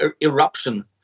eruption